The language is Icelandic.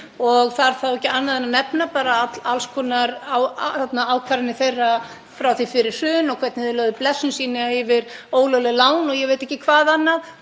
Þarf þá ekki annað en að nefna bara alls konar ákvarðanir þeirra frá því fyrir hrun og hvernig þeir lögðu blessun sína yfir ólögleg lán og ég veit ekki hvað annað.